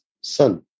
son